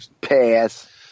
Pass